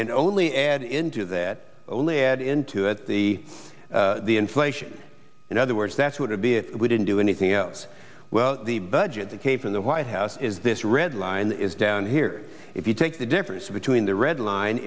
and only add into that only add into it the inflation in other words that's what would be if we didn't do anything else well the budget that came from the white house is this red line is down here if you take the difference between the red line